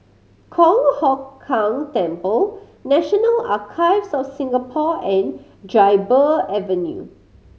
Kong Hock Keng Temple National Archives of Singapore and Dryburgh Avenue